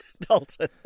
Dalton